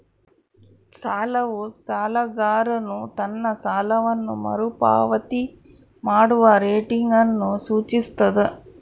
ಸಾಲವು ಸಾಲಗಾರನು ತನ್ನ ಸಾಲವನ್ನು ಮರುಪಾವತಿ ಮಾಡುವ ರೇಟಿಂಗ್ ಅನ್ನು ಸೂಚಿಸ್ತದ